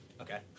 Okay